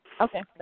Okay